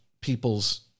people's